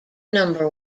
number